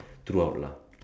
throughout lah